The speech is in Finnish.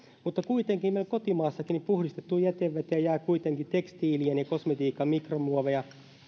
mutta kuitenkin meillä kotimaassakin puhdistettuun jäteveteen jää tekstiilien ja kosmetiikan mikromuoveja